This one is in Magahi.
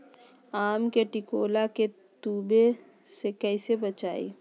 आम के टिकोला के तुवे से कैसे बचाई?